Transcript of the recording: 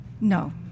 No